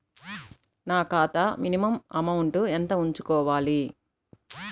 నా ఖాతా minimum amount ఎంత ఉంచుకోవాలి?